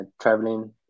traveling